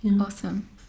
Awesome